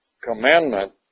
commandment